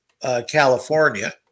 California